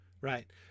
right